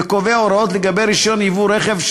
וקובע הוראות לגבי רישיון ייבוא רכב,